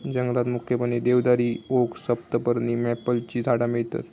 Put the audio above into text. जंगलात मुख्यपणे देवदारी, ओक, सप्तपर्णी, मॅपलची झाडा मिळतत